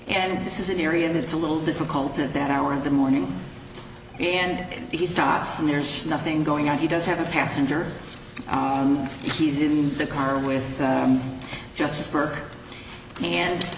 and this is an area that's a little difficult at that hour of the morning and he stops and there's nothing going on he does have a passenger and he's in the car with just her and